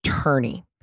attorney